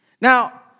Now